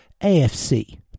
AFC